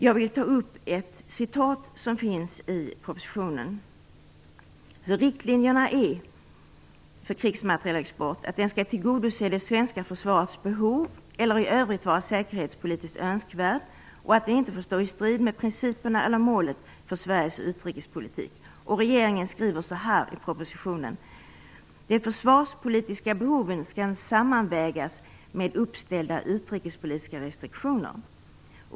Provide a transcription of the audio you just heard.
Jag vill ta upp ett avsnitt i propositionen där det står att riktlinjerna för krigsmaterielexporten är att den skall tillgodose det svenska försvarets behov eller i övrigt vara säkerhetspolitiskt önskvärd och att den inte får stå i strid med principerna eller målet för Sveriges utrikespolitik. Regeringen skriver så här i propositionen: "De försvarspolitiska behoven kan sammanvägas med uppställda utrikespolitiska restriktioner."